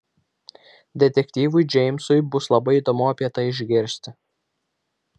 detektyvui džeimsui bus labai įdomu apie tai išgirsti